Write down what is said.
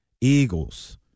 Eagles